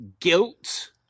guilt